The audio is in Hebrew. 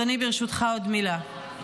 אדוני, ברשותך עוד מילה.